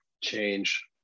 change